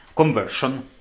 conversion